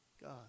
God